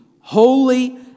holy